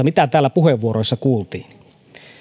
mitä täällä puheenvuoroissa kuultiin